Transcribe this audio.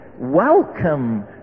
welcome